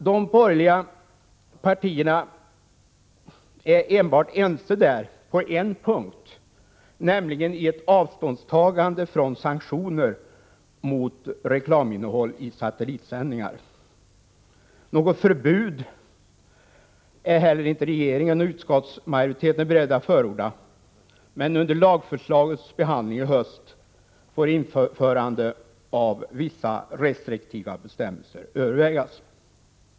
De borgerliga partierna är ense enbart på en punkt, nämligen om ett avståndstagande när det gäller sanktioner mot reklaminnehåll i satellitsändningar. Inte heller regeringen eller utskottsmajoriteten är beredda att förorda ett förbud. Men i samband med behandlingen av lagförslaget i höst får frågan om införande av vissa restriktiva bestämmelser övervägas.